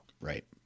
Right